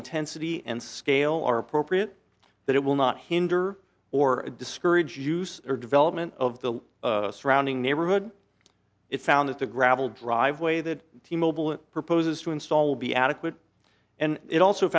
intensity and scale are appropriate that it will not hinder or discourage use or development of the surrounding neighborhood it found that the gravel driveway that t mobile it proposes to install will be adequate and it also